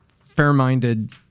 fair-minded